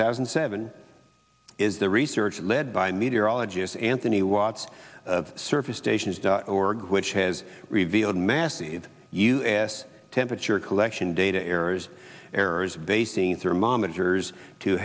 thousand and seven is the research led by meteorologist anthony watts of surface stations dot org which has revealed massive u s temperature collection data errors